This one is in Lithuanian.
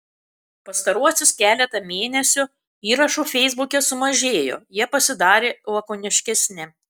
pastaruosius keletą mėnesių įrašų feisbuke sumažėjo jie pasidarė lakoniškesni